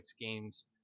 games